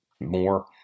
more